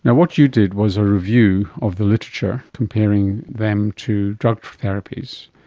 and what you did was a review of the literature comparing them to drug therapies.